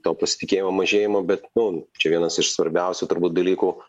to pasitikėjimo mažėjimą bet nu čia vienas iš svarbiausių dalykų